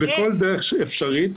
בכל דרך אפשרית,